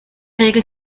regel